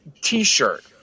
t-shirt